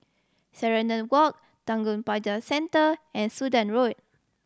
Serenade Walk Tanjong Pagar Centre and Sudan Road